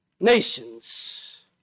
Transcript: nations